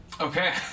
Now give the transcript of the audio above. Okay